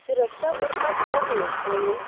सुरक्षा उरपाक जाय म्हुणून आमी